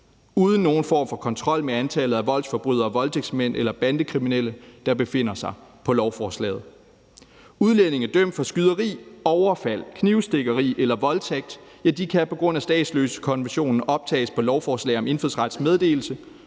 uden nogen form for kontrol med antallet af voldsforbrydere, voldtægtsmænd eller bandekriminelle, der befinder sig på lovforslaget. Udlændinge dømt for skyderi, overfald, knivstikkeri eller voldtægt kan på grund af statsløsekonventionen optages på lovforslag om indfødsrets meddelelse